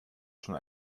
schon